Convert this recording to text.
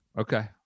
Okay